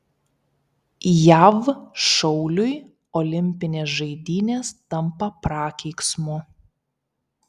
jav šauliui olimpinės žaidynės tampa prakeiksmu